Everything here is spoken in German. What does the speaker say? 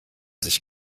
sich